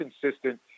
consistent